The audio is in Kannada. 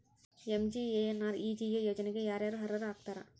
ಎಂ.ಜಿ.ಎನ್.ಆರ್.ಇ.ಜಿ.ಎ ಯೋಜನೆಗೆ ಯಾರ ಯಾರು ಅರ್ಹರು ಆಗ್ತಾರ?